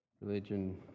religion